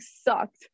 sucked